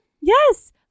Yes